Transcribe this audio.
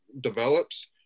develops